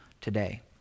today